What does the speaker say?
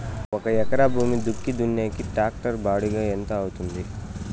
ఒక ఎకరా భూమి దుక్కి దున్నేకి టాక్టర్ బాడుగ ఎంత అవుతుంది?